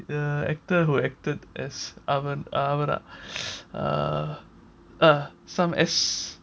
the actor who acted as அவன் அவர்:avan avar some S